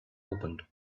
opened